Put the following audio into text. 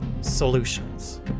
solutions